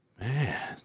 Man